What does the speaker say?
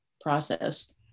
process